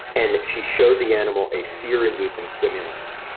and she showed the animal a fear-inducing stimulus,